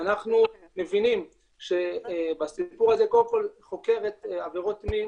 אנחנו מבינים שבסיפור הזה קודם כל חוקרת עבירות מין